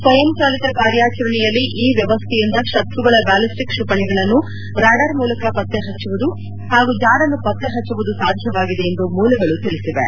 ಸ್ವಯಂಚಾಲಿತ ಕಾರ್್ಯಾಚರಣೆಯಲ್ಲಿ ಈ ವ್ಯವಸ್ಥೆಯಿಂದ ಶತ್ರುಗಳ ಬ್ಯಾಲಿಸ್ಟಿಕ್ ಕ್ಷಿಪಣಿಗಳನ್ನು ರ್ಯಾಡಾರ್ ಮೂಲದ ಪತ್ತೆ ಹಚ್ಚುವುದು ಹಾಗೂ ಜಾಡನ್ನು ಪತ್ತೆಹಚ್ಚುವುದು ಸಾಧ್ಯವಾಗಿದೆ ಎಂದು ಮೂಲಗಳು ತಿಳಿಸಿವೆ